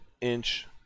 inch